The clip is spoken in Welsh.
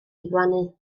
diflannu